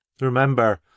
Remember